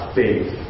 faith